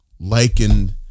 likened